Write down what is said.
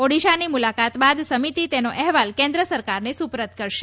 ઓડીશાની મુલાકાત બાદ સમિતી તેનો અહેવાલ કેન્દ્ર સરકારને સુપરત કરશે